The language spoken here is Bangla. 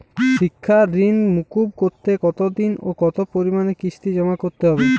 শিক্ষার ঋণ মুকুব করতে কতোদিনে ও কতো পরিমাণে কিস্তি জমা করতে হবে?